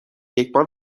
یکبار